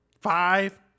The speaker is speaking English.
five